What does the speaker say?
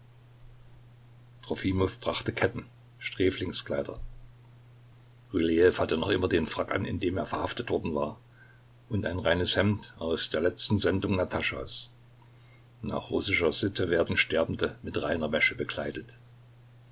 trofimow brachte ketten sträflingskleider rylejew hatte noch immer den frack an in dem er verhaftet worden war und ein reines hemd aus der letzten sendung nataschas nach russischer sitte werden sterbende mit reiner wäsche bekleidet